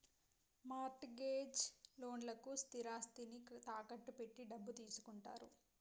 mart gauge లోన్లకు స్థిరాస్తిని తాకట్టు పెట్టి డబ్బు తీసుకుంటారు